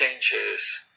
changes